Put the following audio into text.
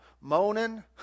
moaning